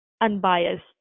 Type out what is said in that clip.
unbiased